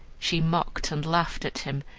she mocked and laughed at him,